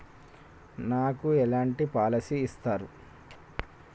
నాకు ఎలాంటి పాలసీ ఇస్తారు?